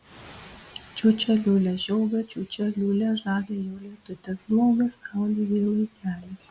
čiūčia liūlia žiogą čiūčia liūlia žalią jau lietutis blogas saulė vėlai kelias